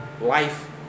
Life